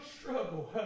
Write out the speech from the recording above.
struggle